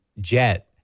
jet